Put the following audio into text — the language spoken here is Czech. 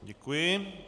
Děkuji.